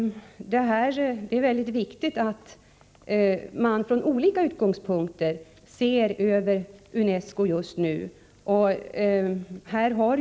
Det är mycket viktigt att man från olika utgångspunkter ser över UNESCO just nu.